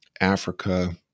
Africa